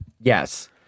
Yes